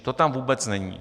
To tam vůbec není.